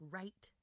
right